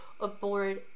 aboard